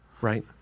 Right